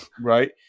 right